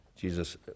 Jesus